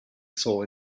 saw